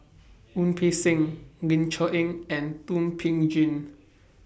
Wu Peng Seng Ling Cher Eng and Thum Ping Tjin